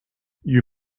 you